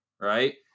right